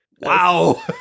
Wow